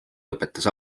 lõpetas